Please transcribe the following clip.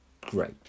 great